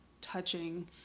touching